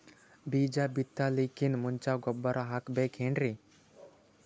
ಬೀಜ ಬಿತಲಾಕಿನ್ ಮುಂಚ ಗೊಬ್ಬರ ಹಾಕಬೇಕ್ ಏನ್ರೀ?